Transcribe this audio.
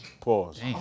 Pause